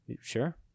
Sure